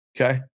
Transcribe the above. Okay